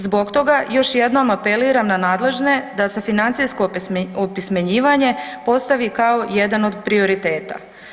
Zbog toga još jednom apeliram na nadležne da se financijsko opismenjivanje postavi kao jedan od prioriteta.